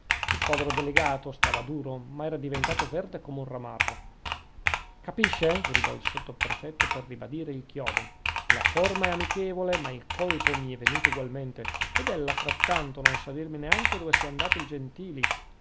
il povero delegato stava duro ma era diventato verde come un ramarro capisce gridò il sottoprefetto per ribadire il chiodo la forma è amichevole ma il colpo mi è venuto ugualmente ed ella frattanto non sa dirmi neanche dove sia andato il gentili